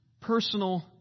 personal